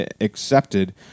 accepted